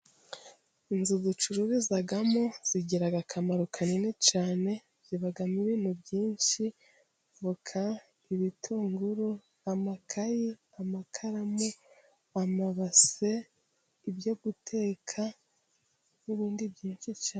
Inzu ducururizamo zigira akamaro kanini cyane，zibamo ibintu ibyinshi，voka，ibitunguru， amakayi，amakaramu， amabase， ibyo guteka n'ibindi byinshi cyane.